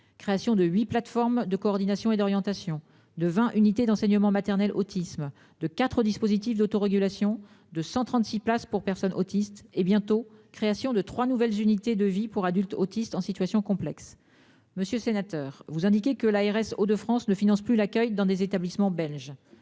Création de 8 plateformes de coordination et d'orientation de 20 unités d'enseignement maternel autisme de 4 dispositifs d'autorégulation de 136 places pour personnes autistes et bientôt, création de 3 nouvelles unités de vie pour adultes autistes en situation complexe monsieur sénateur vous indiquer que l'ARS Hauts-de-France le finance plus l'accueil dans des établissements belges,